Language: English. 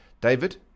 David